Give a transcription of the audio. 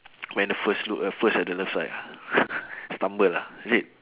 when the first look uh first at the love sight ah stumble ah is it